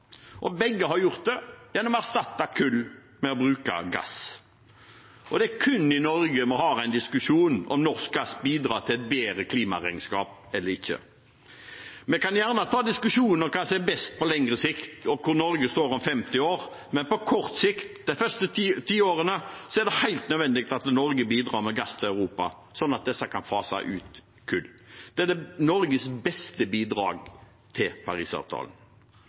Begge har gjort det gjennom å erstatte kull med bruk av gass. Og det er kun i Norge vi har en diskusjon om hvorvidt norsk gass bidrar til et bedre klimaregnskap eller ikke. Vi kan gjerne ta diskusjonen om hva som er best på lengre sikt, og hvor Norge står om 50 år, men på kort sikt, de første ti årene, er det helt nødvendig at Norge bidrar med gass til Europa, slik at de kan fase ut kull. Det er Norges beste bidrag til Parisavtalen.